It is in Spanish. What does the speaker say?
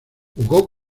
jugo